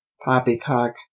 poppycock